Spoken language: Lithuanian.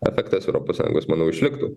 efektas europos sąjungos manau išliktų